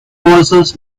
pozos